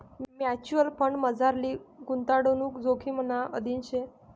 mutual फंडमझारली गुताडणूक जोखिमना अधीन शे